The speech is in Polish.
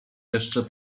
jeszcze